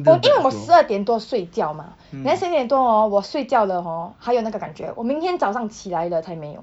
no 因为我十二点多睡觉吗 then 十二点多 hor 我睡觉了 hor 还有那个感觉我明天早上起来了才没有